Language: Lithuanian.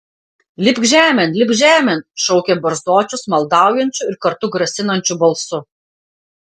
lipk žemėn lipk žemėn šaukė barzdočius maldaujančiu ir kartu grasinančiu balsu